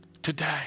Today